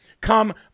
come